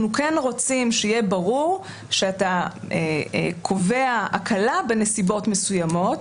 אנחנו כן רוצים שיהיה ברור שאתה קובע הקלה בנסיבות מסוימות,